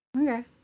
Okay